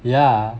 yeah